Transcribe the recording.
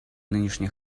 нынешний